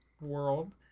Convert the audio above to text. world